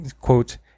Quote